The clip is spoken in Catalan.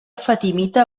fatimita